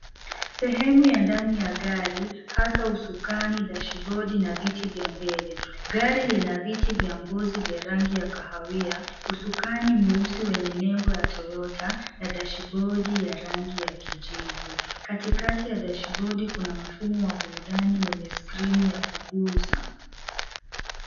Sehemu ya ndani ya gari hasaa usukani, dashibodi na viti vya mbele. Gari lina viti vya ngozi vya rangi ya kahawia, usukani mweusi wenye nembo ya Toyota na dashibodi ya rangi ya kijivu. Katikati ya dashibodi kuna mfumo wa burudani wenye skrini ya kugusa.